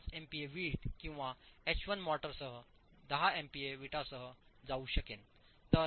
5 MPa वीट किंवा H 1 मोर्टारसह 10 एमपीए वीटसह जाऊ शकेन